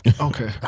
Okay